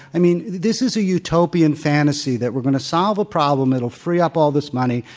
i mean, this is a utopian fantasy that we're going to solve a problem, it'll free up all this money,